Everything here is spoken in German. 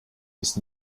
ist